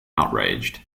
outraged